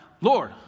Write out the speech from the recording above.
Lord